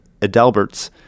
Adalberts